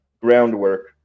groundwork